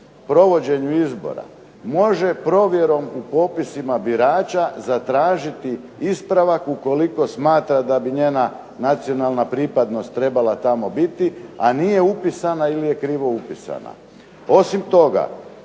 provođenju izbora može provjerom u popisima birača zatražiti ispravak ukoliko smatra da bi njena nacionalna pripadnost trebala tamo biti a nije upisana ili je krivo upisana. Osim toga,